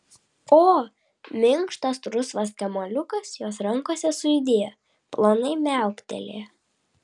o minkštas rusvas kamuoliukas jos rankose sujudėjo plonai miauktelėjo